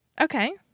Okay